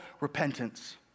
repentance